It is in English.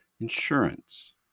insurance